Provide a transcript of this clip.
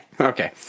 Okay